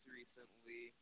recently